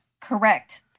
Correct